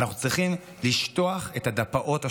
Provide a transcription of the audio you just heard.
אנחנו צריכים לשטוח את הדפ"אות השונות,